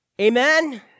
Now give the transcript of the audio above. Amen